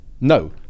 No